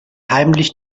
heimlich